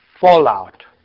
fallout